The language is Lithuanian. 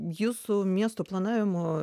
jūsų miesto planavimo